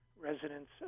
residents